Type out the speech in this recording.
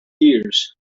years